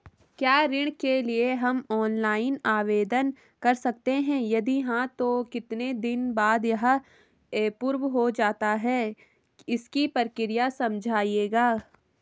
क्या ऋण के लिए हम ऑनलाइन आवेदन कर सकते हैं यदि हाँ तो कितने दिन बाद यह एप्रूव हो जाता है इसकी प्रक्रिया समझाइएगा?